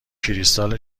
کریستال